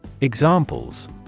Examples